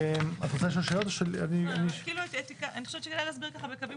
את רוצה לשאול שאלות או שאני --- אני חושבת שכדאי להסביר בקווים